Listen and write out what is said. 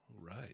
Right